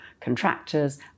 contractors